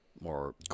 More